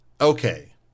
Okay